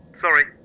Sorry